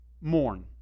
Mourn